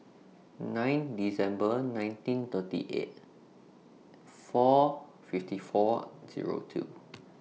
nine December nineteen thirty eight four fifty four two O two